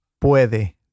puede